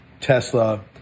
Tesla